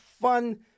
fun